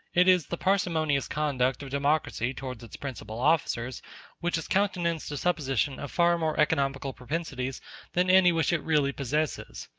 it is the parsimonious conduct of democracy towards its principal officers which has countenanced a supposition of far more economical propensities than any which it really possesses.